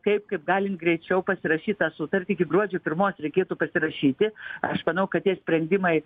kaip kaip galint greičiau pasirašyt tą sutartį iki gruodžio pirmos reikėtų pasirašyti aš manau kad tie sprendimai